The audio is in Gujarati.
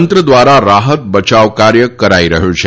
તંત્ર ધ્વારા રાહત બચાવ કાર્ય કરાઇ રહયું છે